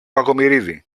κακομοιρίδη